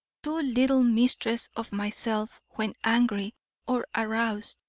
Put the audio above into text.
too little mistress of myself when angry or aroused.